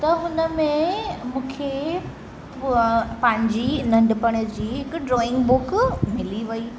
त हुन में मूंखे उहा पंहिंजी नंढपण जी हिकु ड्रॉइंग बुक मिली वेई